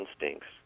instincts